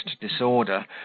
disorder